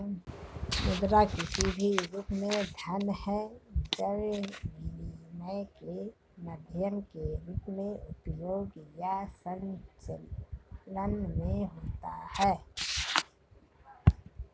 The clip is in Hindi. मुद्रा किसी भी रूप में धन है जब विनिमय के माध्यम के रूप में उपयोग या संचलन में होता है